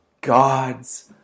God's